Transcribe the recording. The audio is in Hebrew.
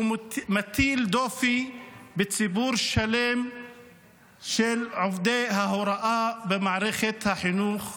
הוא מטיל דופי בציבור שלם של עובדי ההוראה במערכת החינוך הערבית.